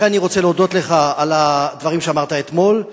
לכן אני רוצה להודות לך על הדברים שאמרת אתמול.